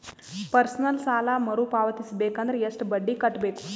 Personal ಸಾಲ ಮರು ಪಾವತಿಸಬೇಕಂದರ ಎಷ್ಟ ಬಡ್ಡಿ ಕಟ್ಟಬೇಕು?